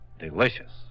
delicious